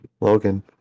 Logan